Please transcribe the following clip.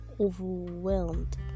overwhelmed